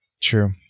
True